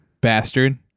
bastard